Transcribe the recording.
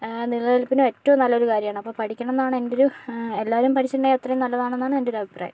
നിലനിൽപ്പിന് ഏറ്റവും നല്ലൊരു കാര്യമാണ് അപ്പോൾ പഠിക്കണം എന്നാണ് എന്റൊരു എല്ലാവരും പഠിച്ചിട്ടുടെങ്കിൽ അത്രയു നല്ലതാണെന്നാണ് എൻറെ ഒരു അഭിപ്രായം